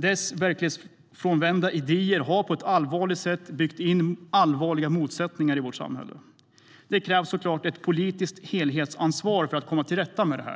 Deras verklighetsfrånvända idéer har på ett allvarligt sätt byggt in allvarliga motsättningar i vårt samhälle. Det krävs ett politiskt helhetsansvar för att komma till rätta med detta,